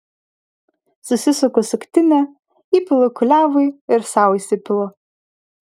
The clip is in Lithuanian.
susisuku suktinę įpilu kuliavui ir sau įsipilu